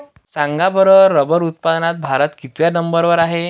सांगा बरं रबर उत्पादनात भारत कितव्या नंबर वर आहे?